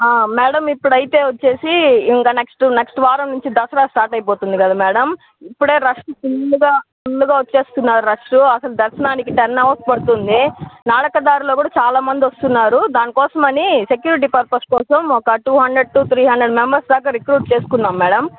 madam ఇప్పుడైతే వచ్చేసి ఇంకా నెక్స్ట్ నెక్స్ట్ వారం నుంచి దసరా స్టార్ట్ అయిపోతుంది కదా మేడమ్ ఇప్పుడే రష్ ఫుల్గా ఫుల్గా వచ్చేస్తున్నారు రష్షు అసలు దర్శనానికి టెన్ అవర్స్ పడుతుంది నడక దారిలో కూడా చాలా మంది వస్తున్నారు దాని కోసమని సెక్యూరిటీ పర్పస్ కోసం ఒక two hundred to three hundred members దాకా రిక్రూట్ చేసుకున్నాం మేడమ్